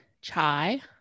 chai